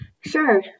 Sure